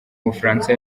mufaransa